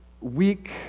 Weak